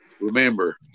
Remember